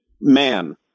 man